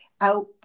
out